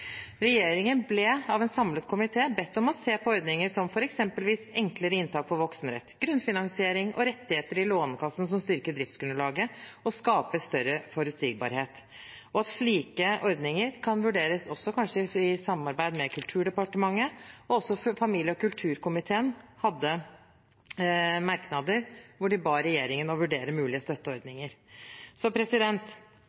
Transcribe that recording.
Regjeringen ble av en samlet komité bedt om å se på ordninger som eksempelvis enklere inntak på voksenrett, grunnfinansiering og rettigheter i Lånekassen som styrker driftsgrunnlaget og skaper større forutsigbarhet, og at slike ordninger også kanskje kan vurderes i samarbeid med Kulturdepartementet. Også familie- og kulturkomiteen hadde merknader hvor de ba regjeringen om å vurdere mulige